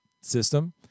system